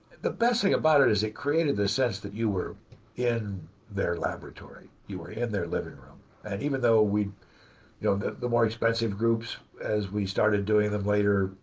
the best thing about it is it created the sense that you were in their laboratory. you were in their living room. and even though we you know the the more expensive groups as we started doing them later,